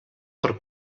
per